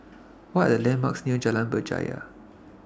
What Are The landmarks near Jalan Berjaya